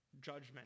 judgment